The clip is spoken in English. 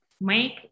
make